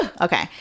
okay